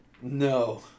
no